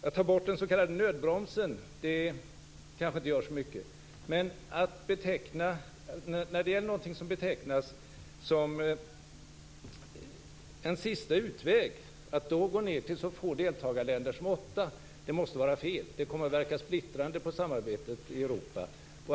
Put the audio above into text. Att ta bort den s.k. nödbromsen gör kanske inte så mycket. Men att, när det gäller något som betecknas som en sista utväg, gå ned till så få deltagarländer som åtta måste vara fel. Det kommer att verka splittrande på samarbetet i Europa.